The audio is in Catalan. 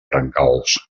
brancals